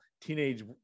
teenage